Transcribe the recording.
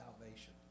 salvation